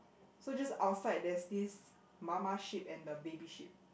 so just outside there's this mama sheep and the baby sheep